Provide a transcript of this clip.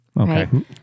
okay